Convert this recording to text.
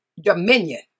dominion